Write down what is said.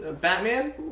Batman